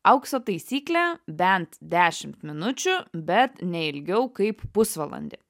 aukso taisyklė bent dešimt minučių bet ne ilgiau kaip pusvalandį